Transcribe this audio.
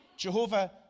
Jehovah